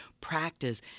practice